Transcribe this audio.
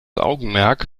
augenmerk